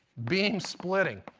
beam splitting.